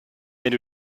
wenn